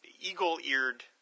Eagle-eared